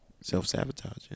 Self-sabotaging